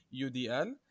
UDL